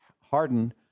hardened